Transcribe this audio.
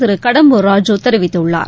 திருகடம்பூர் ராஜு தெரிவித்துள்ளார்